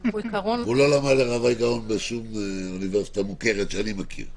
הוא לא למד על רביי גאון בשום אוניברסיטה מוכרת שאני מכיר.